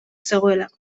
zegoelako